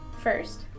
first